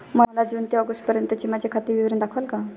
मला जून ते ऑगस्टपर्यंतचे माझे खाते विवरण दाखवाल का?